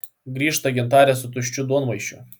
grįžta gintarė su tuščiu duonmaišiu